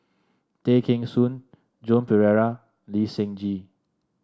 Tay Kheng Soon Joan Pereira Lee Seng Gee